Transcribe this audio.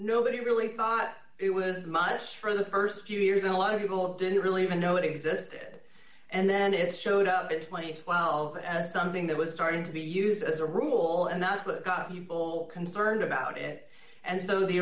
nobody really thought it was much for the st few years and a lot of people didn't really even know it existed and then it showed up it might well as something that was starting to be used as a rule and that's what got people concerned about it and so the